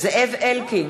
זאב אלקין,